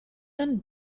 and